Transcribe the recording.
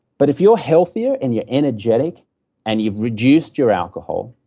but if you're healthier and you're energetic and you've reduced your alcohol.